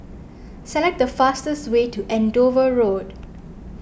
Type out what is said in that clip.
select the fastest way to Andover Road